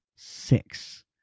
six